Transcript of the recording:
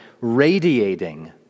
radiating